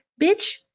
bitch